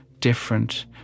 different